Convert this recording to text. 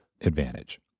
advantage